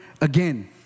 again